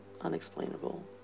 unexplainable